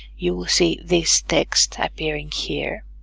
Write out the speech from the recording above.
you will see this text ah appearing here